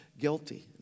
guilty